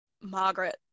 Margaret